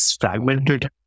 fragmented